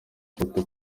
kuruta